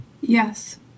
Yes